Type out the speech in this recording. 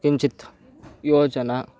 काचित् योजना